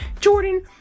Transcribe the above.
Jordan